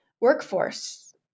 workforce